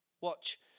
Watch